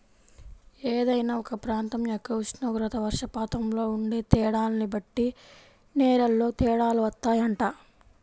ఏదైనా ఒక ప్రాంతం యొక్క ఉష్ణోగ్రత, వర్షపాతంలో ఉండే తేడాల్ని బట్టి నేలల్లో తేడాలు వత్తాయంట